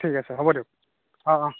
ঠিক আছে হ'ব দিয়ক অঁ অঁ